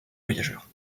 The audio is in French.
voyageurs